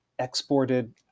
exported